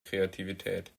kreativität